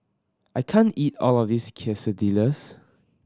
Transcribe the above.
I can't eat all of this Quesadillas